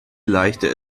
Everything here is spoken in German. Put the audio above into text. leichter